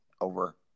over